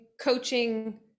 coaching